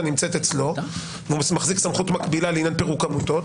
נמצאת אצלו והוא מחזיק סמכות מקבילה לעניין פירוק עמותות.